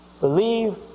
believe